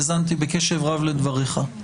האזנתי בקשב רב לדבריך,